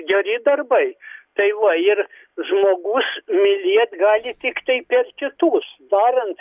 geri darbai tai va ir žmogus mylėt gali tiktai per kitus darant